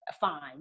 fine